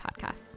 podcasts